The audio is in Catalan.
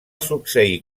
succeir